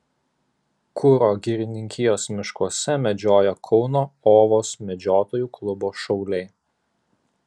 kuro girininkijos miškuose medžioja kauno ovos medžiotojų klubo šauliai